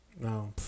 No